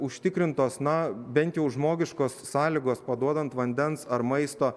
užtikrintos na bent jau žmogiškos sąlygos paduodant vandens ar maisto